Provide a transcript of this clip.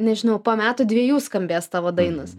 nežinau po metų dviejų skambės tavo dainos